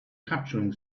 capturing